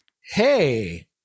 Hey